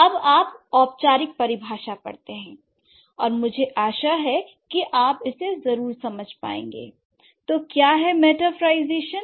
अब आप औपचारिक परिभाषा पढ़ते हैं और मुझे आशा है कि आप इसे समझ पाएंगे l तो क्या है मेटाफरlईजेशन